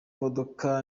modoka